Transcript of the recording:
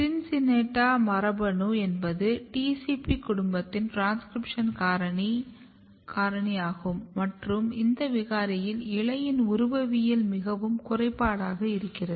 CINCINNATA மரபணு என்பது TCP குடும்பத்தின் டிரான்ஸ்கிரிப்ஷன் காரணி ஆகும் மற்றும் இந்த விகாரியில் இலையின் உருவவியல் மிகவும் குறைபாடாக இருக்கிறது